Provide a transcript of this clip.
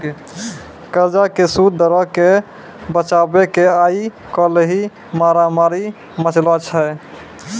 कर्जा के सूद दरो के बचाबै के आइ काल्हि मारामारी मचलो छै